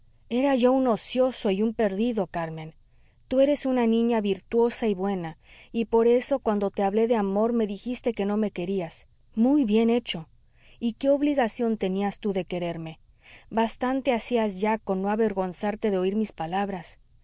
era yo un ocioso y un perdido carmen tu eres una niña virtuosa y buena y por eso cuando te hablé de amor me dijiste que no me querías muy bien hecho y qué obligación tenías tú de quererme bastante hacías ya con no avergonzarte de oir mis palabras